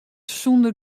sonder